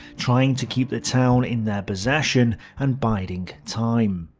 trying to keep the town in their possession, and biding time.